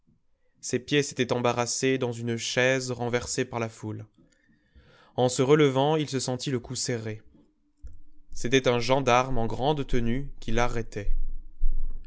ses pieds s'étaient embarrassés dans une chaise renversée par la foule en se relevant il se sentit le cou serré c'était un gendarme en grande tenue qui l'arrêtait